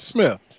Smith